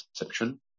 exception